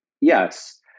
yes